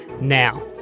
Now